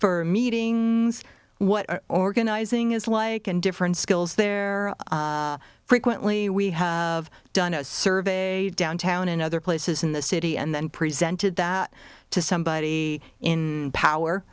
for meeting what organizing is like and different skills there frequently we have done a survey downtown and other places in the city and then presented that to somebody in power